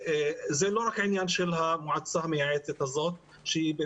זה לא רק עניין של המועצה המייעצת הזאת שכנראה,